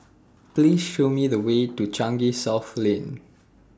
Please Show Me The Way to Changi South Lane